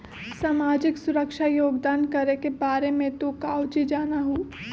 सामाजिक सुरक्षा योगदान करे के बारे में तू काउची जाना हुँ?